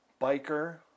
Biker